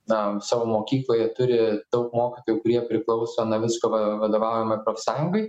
na savo mokykloje turi daug mokytojų kurie priklauso navicko va vadovaujamai profsąjungai